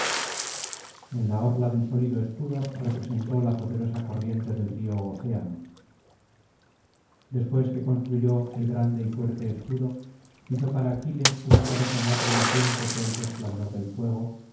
en la orla del sólido escudo representó la poderosa corriente del río océano después que construyó el grande y fuerte escudo hizo para aquiles una coraza más reluciente que el resplandor del fuego